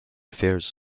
fears